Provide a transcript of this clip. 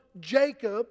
Jacob